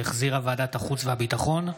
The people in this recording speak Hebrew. שהחזירה ועדת החוץ והביטחון,